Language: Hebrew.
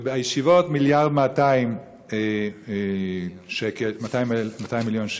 והישיבות, מיליארד ו-200 מיליון שקל.